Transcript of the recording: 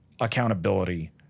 accountability